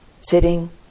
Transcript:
sitting